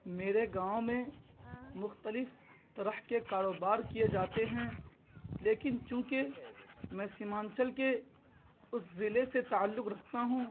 میرے گاؤں میں مختلف طرح کے کاروبار کئے جاتے ہیں لیکن چونکہ میں سیمانچل کے اس ضلعے سے تعلق رکھتا ہوں